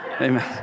Amen